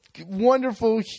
wonderful